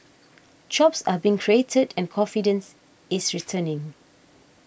jobs are being created and confidence is returning